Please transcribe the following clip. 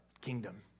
kingdom